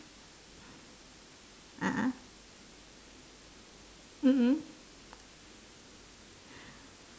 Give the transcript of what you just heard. a'ah mm mm